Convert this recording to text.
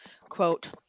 quote